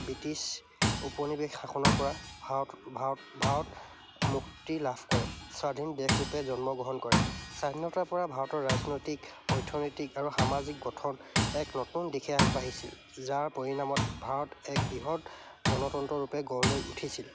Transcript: British উপনিৱেশ শাসনৰ পৰা ভাৰত ভাৰত ভাৰত মুক্তি লাভ কৰে স্বাধীন দেশৰূপে জন্মগ্ৰহণ কৰে স্বাধীনতাৰ পৰা ভাৰতৰ ৰাজনৈতিক অৰ্থনৈতিক আৰু সামাজিক গঠন এক নতুন দিশে আগবাঢ়িছিল যাৰ পৰিণামত ভাৰত এক বৃহৎ গণতন্ত্ৰ ৰূপে গঢ় লৈ উঠিছিল